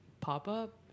pop-up